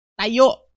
Tayo